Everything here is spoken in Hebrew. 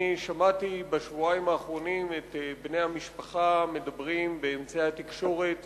שמעתי בשבועיים האחרונים את בני המשפחה מדברים באמצעי התקשורת,